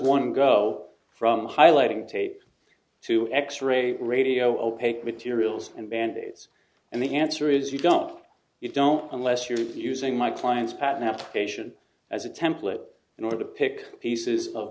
one go from highlighting tapes to x ray radio opaque materials and band aids and the answer is you don't you don't unless you're using my client's patent application as a template in order to pick pieces of